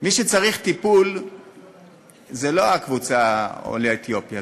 מי שצריך טיפול זה לא קבוצת עולי אתיופיה,